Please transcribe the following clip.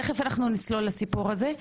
תכף נצלול לזה.